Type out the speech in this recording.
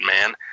man